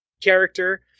character